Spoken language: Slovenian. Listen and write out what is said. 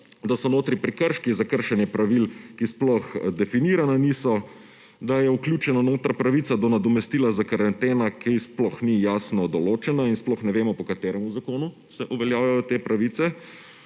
da so notri prekrški za kršenje pravil, ki sploh definirana niso, da je vključena noter pravica do nadomestila za karanteno, ki sploh ni jasno določena in sploh ne vemo, po kateremu zakonu se uveljavijo te pravice.